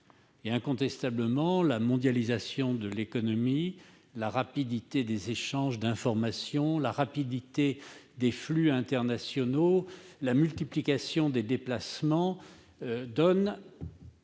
le monde a changé. La mondialisation de l'économie, la rapidité des échanges d'informations et des flux internationaux, la multiplication des déplacements donnent